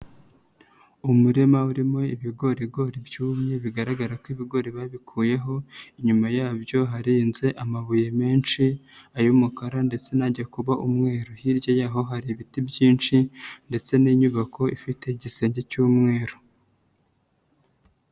Umurima urimo ibigorigori byumye bigaragara ko ibigori babikuyeho inyuma yabyo harenze amabuye menshi ay'umukara ndetse n'ajya kuba umweru, hirya y'aho hari ibiti byinshi ndetse n'inyubako ifite igisenge cy'umweru.